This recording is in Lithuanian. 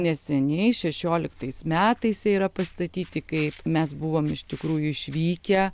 neseniai šešioliktais metais jie yra pastatyti kaip mes buvom iš tikrųjų išvykę